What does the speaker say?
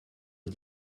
aux